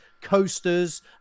coasters